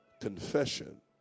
Confession